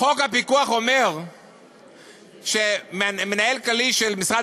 חוק הפיקוח אומר שמנהל כללי של משרד